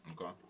Okay